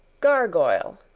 gargoyle,